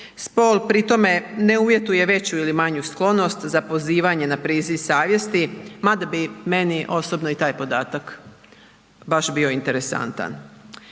Spol pri tome ne uvjetuje veću ili manju sklonost za pozivanje na priziv savjesti mada bi meni osobno i taj podatak baš bio interesantan.